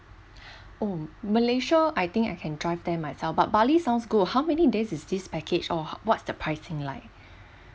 oh malaysia I think I can drive there myself but bali sounds good how many days is this package or what's the pricing like